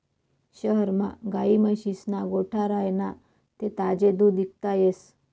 शहरमा गायी म्हशीस्ना गोठा राह्यना ते ताजं दूध इकता येस